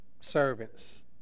servants